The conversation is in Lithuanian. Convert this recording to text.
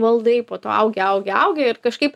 valdai po to augi augi augi ir kažkaip